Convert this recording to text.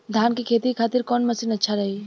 धान के खेती के खातिर कवन मशीन अच्छा रही?